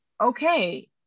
Okay